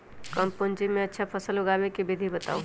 कम पूंजी में अच्छा फसल उगाबे के विधि बताउ?